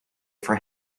for